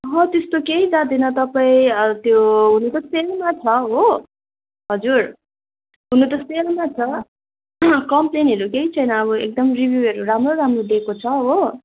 अहँ त्यस्तो केही जाँदैन तपाईँ त्यो हुनु त सेलमा छ हो हजुर हुनु त सेलमा छ कमप्लेनहेरू केही छैन अब एकदम रिभ्यूहरू राम्रो राम्रो दिएको छ हो